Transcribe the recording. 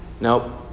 Nope